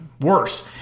worse